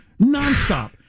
nonstop